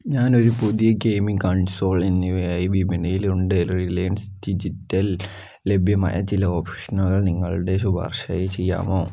ഞാൻ ഒരു പുതിയ ഗെയിമിംഗ് കൺസോൾ എന്നിവയായി വിപണിയിലുണ്ട് റിലയൻസ് ഡിജിറ്റൽ ലഭ്യമായ ചില ഓപ്ഷനുകൾ നിങ്ങളുടെ ശുപാർശയായി ചെയ്യാമോ